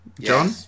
John